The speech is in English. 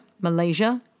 Malaysia